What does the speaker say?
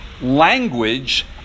language